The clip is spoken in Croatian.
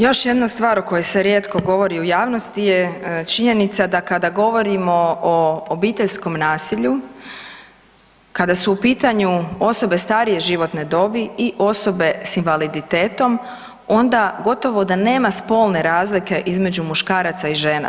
Još jedna stvar o kojoj se rijetko govori u javnosti je činjenica da kada govorimo o obiteljskom nasilju kada su u pitanju osobe starije životne dobi i osobe s invaliditetom, onda gotovo da nema spolne razlike između muškaraca i žena.